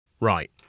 Right